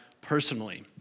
personally